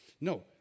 no